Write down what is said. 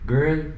Girl